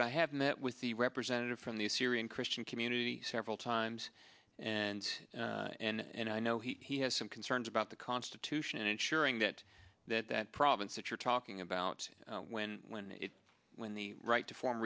it i have met with the representative from the syrian christian community several times and and i know he has some concerns about the constitution and ensuring that that that province that you're talking about when when when the right to form